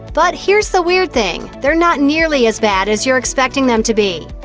but here's the weird thing they're not nearly as bad as you're expecting them to be.